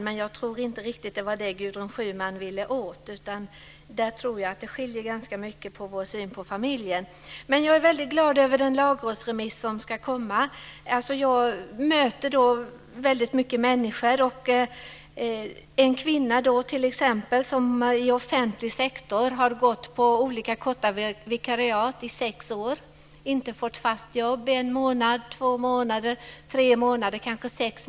Men jag tror inte riktigt att det var det som Gudrun Schyman ville åt, utan där tror jag att vår syn på familjen skiljer sig ganska mycket åt. Jag är glad över den lagrådsremiss som ska komma. Jag möter många människor. Det kan vara en kvinna som i offentlig sektor har haft olika korta vikariat i kanske en, tre eller sex månader under sex år men som inte har fått fast jobb.